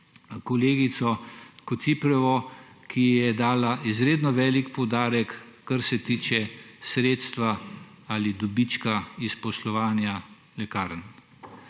kolegico Kociprovo, ki je dala izredno velik poudarek sredstvom ali dobičku iz poslovanja lekarn.